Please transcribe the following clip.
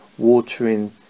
Watering